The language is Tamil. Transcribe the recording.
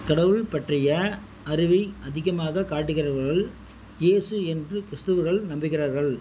கடவுள் பற்றிய அறிவை அதிகமாகக் காட்டுகிறவர்கள் இயேசு என்று கிறிஸ்துவர்கள் நம்புகிறார்கள்